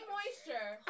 Moisture